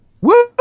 woo